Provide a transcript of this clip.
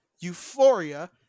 Euphoria